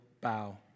bow